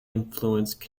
influenced